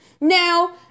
Now